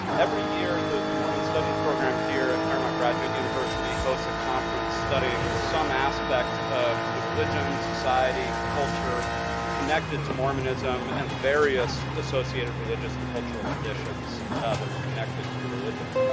every year the the mormon studies program here at claremont graduate university hosts a conference studying some aspect of the religion, society, culture connected to mormonism and the various associated religious and cultural traditions that are connected to the religion.